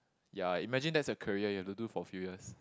ya imagine that's a career you have to do for a few years